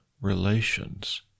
relations